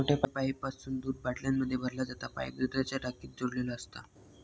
मोठ्या पाईपासून दूध बाटल्यांमध्ये भरला जाता पाईप दुधाच्या टाकीक जोडलेलो असता